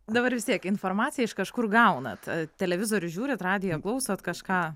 dabar vis tiek informaciją iš kažkur gaunat televizorių žiūrit radijo klausot kažką